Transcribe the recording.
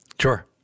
Sure